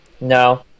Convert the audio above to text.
No